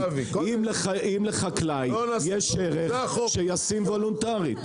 אם לחקלאי יש ערך, שישים וולונטרית.